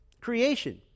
Creation